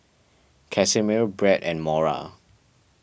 Casimir Bret and Mora